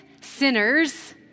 sinners